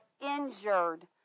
injured